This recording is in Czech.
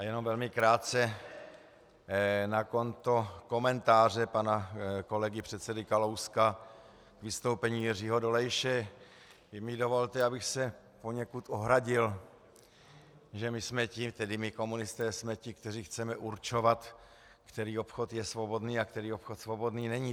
Jen velmi krátce na konto komentáře pana kolegy předsedy Kalouska k vystoupení Jiřího Dolejše mi dovolte, abych se poněkud ohradil, že my komunisté jsme ti, kteří chceme určovat, který obchod je svobodný a který obchod svobodný není.